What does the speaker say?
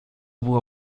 było